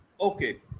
okay